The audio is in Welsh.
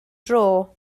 dro